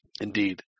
indeed